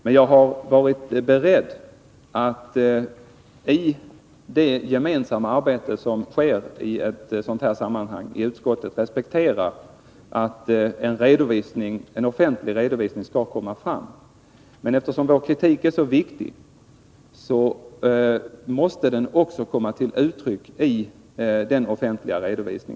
Men jag har varit beredd att i det gemensamma arbete som i ett sådant här sammanhang sker i utskottet respektera att en offentlig redovisning skall göras. Men eftersom vår kritik är så viktig måste den också komma till uttryck i den offentliga redovisningen.